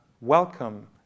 welcome